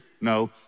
No